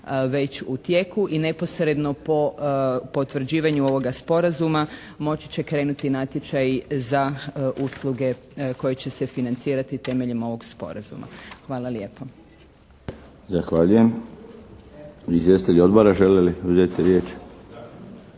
već u tijeku i neposredno po potvrđivanju ovoga Sporazuma moći će krenuti natječaj za usluge koje će se financirati temeljem ovog Sporazuma. Hvala lijepo. **Milinović, Darko (HDZ)** Zahvaljujem. Izvjestitelji odbora žele li uzeti riječ?